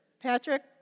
Patrick